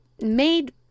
made